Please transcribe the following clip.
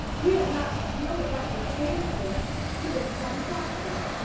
we have not really gotten an answer to this one question.